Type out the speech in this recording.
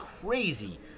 crazy